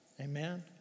Amen